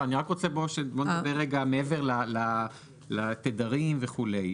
לא, אני רק רוצה שנדבר רגע מעבר לתדרים וכולי.